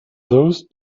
those